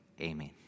Amen